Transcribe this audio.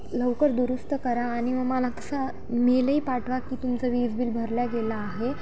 लवकर दुरुस्त करा आणि मग मला कसा मेलही पाठवा की तुमचं वीज बिल भरलं गेलं आहे